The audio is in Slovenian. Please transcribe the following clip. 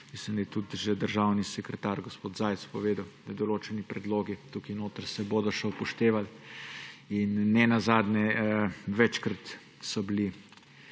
Mislim, da je tudi že državni sekretar, gospod Zajc, povedal, da določeni predlogi tukaj notri se bodo še upoštevali. Nenazadnje, večkrat so bili